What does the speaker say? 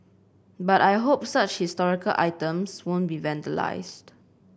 but I hope such historical items won't be vandalised